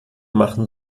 machen